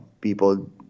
people